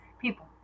People